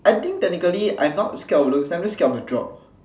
I think technically I'm not scared of roller coaster I'm just scared of the drops